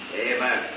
Amen